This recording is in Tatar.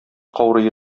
каурые